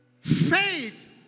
faith